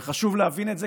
וחשוב להבין את זה,